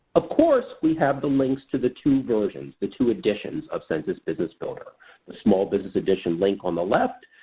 of course, we have the links to the two versions, the two editions, of census business builder the small business edition link on the left,